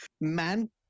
man